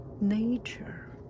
nature